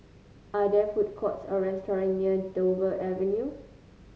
are there food courts or restaurants near Dover Avenue